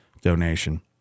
donation